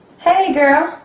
hey, girl.